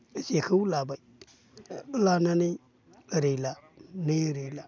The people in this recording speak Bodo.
जेखौ लाबाय लानानै ओरै ला नै ओरै ला